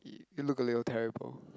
you look a little terrible